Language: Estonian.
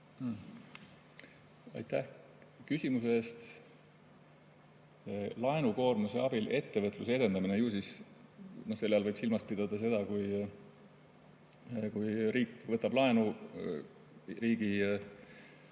Aitäh küsimuse eest! Laenukoormuse abil ettevõtluse edendamine – ju siis selle all võib silmas pidada seda, kui riik võtab laenu, riigi